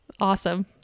Awesome